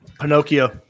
pinocchio